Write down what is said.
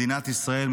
מדינת ישראל,